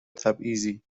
تبعیضی